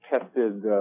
tested